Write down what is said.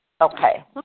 Okay